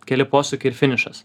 keli posūkiai ir finišas